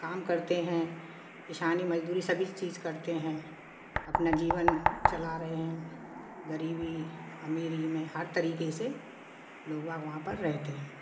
काम करते हें किसानी मज़दूरी सभी चीज़ करते हें अपना जीवन चला रहे हैं ग़रीबी अमीरी में हर तरीक़े से लोग वोग वहाँ पर रहते हैं